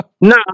No